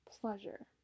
pleasure